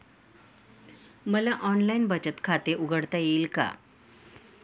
मला ऑनलाइन बचत खाते उघडता येईल का?